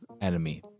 enemy